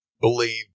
believe